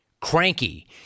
Cranky